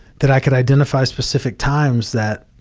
that i could identify specific times that,